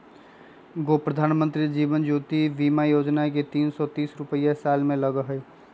गो प्रधानमंत्री जीवन ज्योति बीमा योजना है तीन सौ तीस रुपए साल में लगहई?